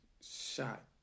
shot